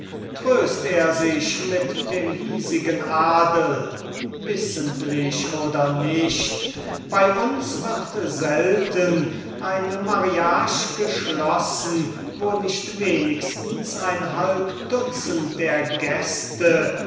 tröst er sich mit dem hiesigen adel wissentlich oder nicht bei uns wird selten eine mariage geschlossen wo nicht wenigstens ein halb dutzend der gäste oder